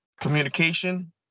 communication